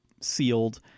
sealed